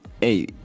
hey